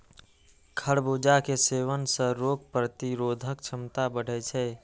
खरबूजा के सेवन सं रोग प्रतिरोधक क्षमता बढ़ै छै